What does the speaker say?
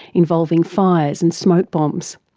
involving fires and smoke bombs.